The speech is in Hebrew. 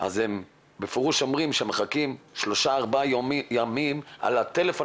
הם בפירוש אומרים שהם מחכים 3-4 ימים לטלפון